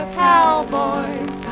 cowboys